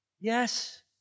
Yes